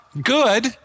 Good